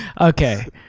okay